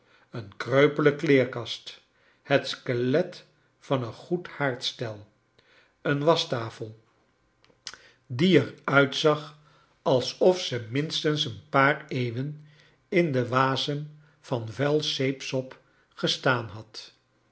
een kreupele kleerkast het skelet van een goed ha ardsteh een wasehtacharles dickens fel die er uitzag alsof ze minstens een paar eeuwen in den wasem van vuil zeepsop gestaan had